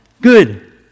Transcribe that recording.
good